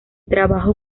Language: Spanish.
trabajo